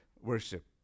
worship